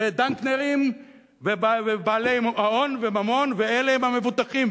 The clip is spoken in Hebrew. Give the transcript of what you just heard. ודנקנרים ובעלי הון וממון, ואלה הם המבוטחים.